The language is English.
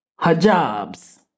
Hijabs